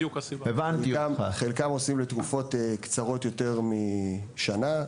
חלקם עושים לתקופות קצרות יותר משנה,